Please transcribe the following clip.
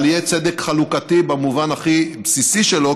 אבל יהיה צדק חלוקתי במובן הכי בסיסי שלו,